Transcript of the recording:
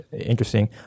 interesting